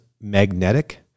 magnetic